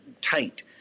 tight